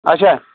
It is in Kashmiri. اچھا